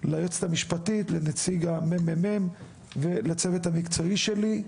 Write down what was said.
ליועצת המשפטית, לנציג הממ"מ ולצוות המקצועי שלי,